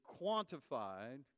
quantified